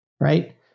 right